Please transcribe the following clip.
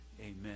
amen